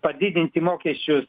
padidinti mokesčius